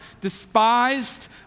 despised